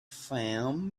found